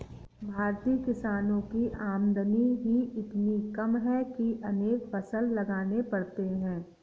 भारतीय किसानों की आमदनी ही इतनी कम है कि अनेक फसल लगाने पड़ते हैं